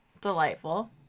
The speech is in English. delightful